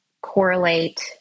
correlate